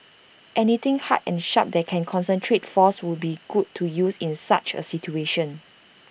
anything hard and sharp that can concentrate force would be good to use in such A situation